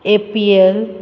A P L